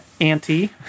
auntie